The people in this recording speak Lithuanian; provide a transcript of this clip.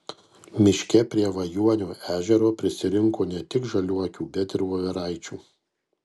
miške prie vajuonio ežero prisirinko ne tik žaliuokių bet ir voveraičių